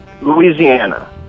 Louisiana